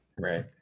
right